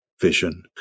vision